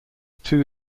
two